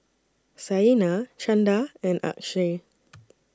Saina Chanda and Akshay